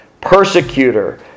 persecutor